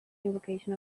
invocation